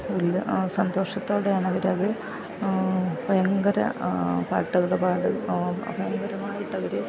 സന്തോഷത്തോടെയാണ് അവർ അത് ഭയങ്കര പാട്ടൊക്കെ പാടി ഭയങ്കരമായിട്ട് അവർ